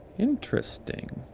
interesting.